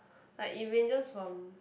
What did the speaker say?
like it ranges from